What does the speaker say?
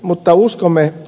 mutta uskomme ed